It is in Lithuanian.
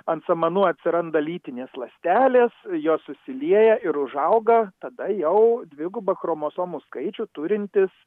ant samanų atsiranda lytinės ląstelės jos susilieja ir užauga tada jau dviguba chromosomų skaičių turintis